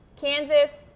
Kansas